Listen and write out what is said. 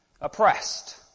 oppressed